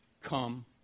Come